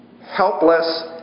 helpless